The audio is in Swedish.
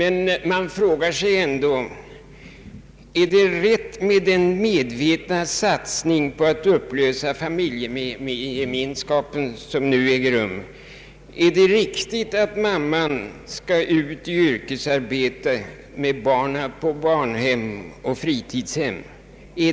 Ändå frågar vi oss: Är den medvetna satsning på att upplösa familjegemenskapen som nu äger rum riktig? Kan det vara bra att mamman skall ut i yrkesarbete och ha sina barn på daghem eller fritidshem?